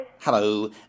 Hello